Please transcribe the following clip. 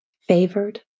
favored